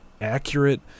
accurate